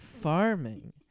farming